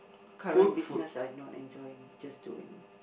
current business I not enjoying just doing